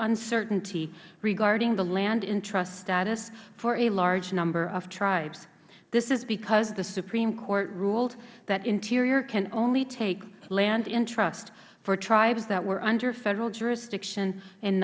uncertainty regarding the landintrust status for a large number of tribes this is because the supreme court ruled that interior can only take land in trust for tribes that were under federal jurisdiction in